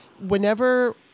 whenever